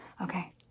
Okay